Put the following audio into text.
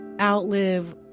outlive